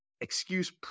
excuse